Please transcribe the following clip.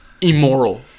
immoral